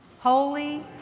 Holy